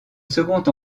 second